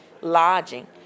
lodging